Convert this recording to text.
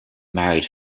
married